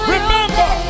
Remember